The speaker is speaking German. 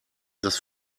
das